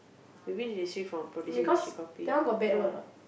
you mean restrict from producing h_d copy ya